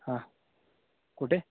हां कुठे